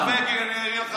הנורבגי אני אראה לך מה אמרת.